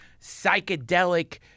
psychedelic